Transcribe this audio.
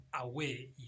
away